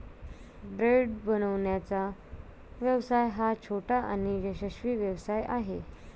bread बनवण्याचा व्यवसाय हा छोटा आणि यशस्वी व्यवसाय आहे